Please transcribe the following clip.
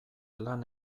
lan